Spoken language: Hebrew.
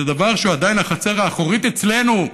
זה דבר שהוא עדיין החצר האחורית אצלנו.